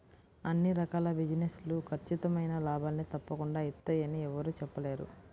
అన్ని రకాల బిజినెస్ లు ఖచ్చితమైన లాభాల్ని తప్పకుండా ఇత్తయ్యని యెవ్వరూ చెప్పలేరు